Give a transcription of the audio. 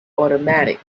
automatic